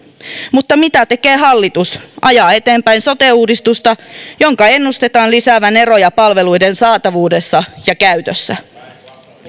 mutta mitä tekee hallitus ajaa eteenpäin sote uudistusta jonka ennustetaan lisäävän eroja palveluiden saatavuudessa ja käytössä